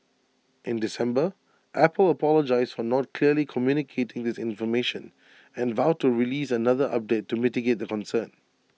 in December Apple apologised for not clearly communicating this information and vowed to release another update to mitigate the concern